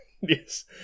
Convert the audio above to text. Yes